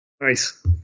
Nice